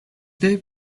there